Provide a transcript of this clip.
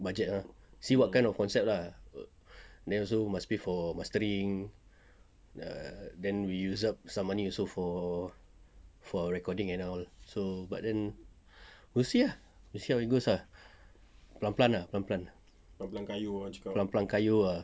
budget ah see what kind of concept lah then also must pay for mastering err then we use up some money also for for our recording and all so but then we'll see ah we'll see how it goes ah pelan-pelan ah pelan-pelan kayuh ah